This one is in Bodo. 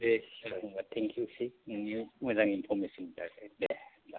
दे सार होनबा टेंकिउसै नोङो मोजां इन्फरमेसननि थाखाय दे होनबा